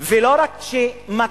ולא רק כמטרה.